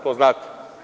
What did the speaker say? To znate.